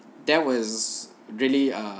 that was really uh